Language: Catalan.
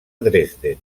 dresden